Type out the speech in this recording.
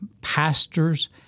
pastors